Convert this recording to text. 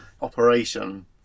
operation